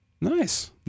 Nice